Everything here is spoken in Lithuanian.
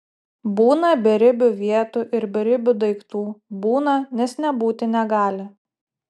būna beribių vietų ir beribių daiktų būna nes nebūti negali